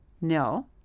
No